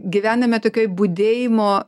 gyvename tokioj budėjimo